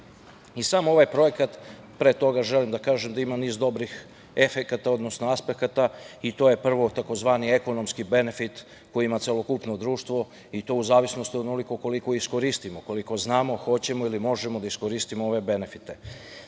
ovaj projekat, pre toga želim da kažem da ima niz dobrih efekata, odnosno aspekata i to je prvo takozvani ekonomski benefit koji ima celokupno društvo, i to u zavisnosti od toga koliko iskoristimo, koliko znamo, hoćemo ili možemo da iskoristimo ove benefite.